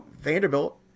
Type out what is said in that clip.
Vanderbilt